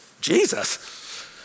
Jesus